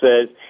says